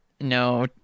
No